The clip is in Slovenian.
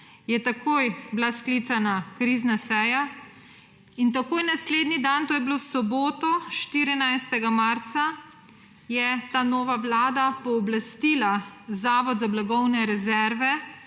je takoj bila sklicana krizna seja in takoj naslednji dan, to je bilo v soboto, 14. marca, je ta nova vlada pooblastila Zavod za blagovne rezerve